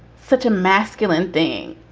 such a masculine thing.